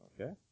Okay